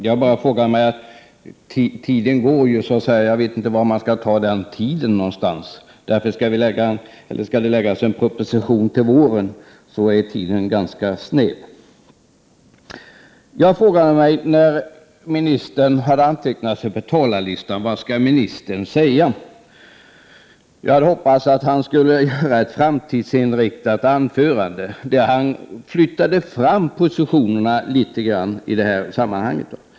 Men tiden går. Jag vet inte riktigt var man skall ta den tiden. Om det skall läggas fram en proposition till våren är tiden ganska snäv. När jag såg att jordbruksministern hade antecknat sig på talarlistan frågade jag mig vad han skulle säga. Jag hade hoppats att han skulle hålla ett framtidsinriktat anförande, där han flyttade fram positionerna litet i detta sammanhang.